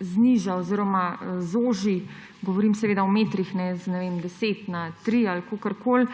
zniža oziroma zoži, govorim seveda o metrih, s 10 na 3 ali kakorkoli,